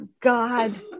God